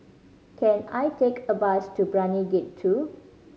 can I take a bus to Brani Gate Two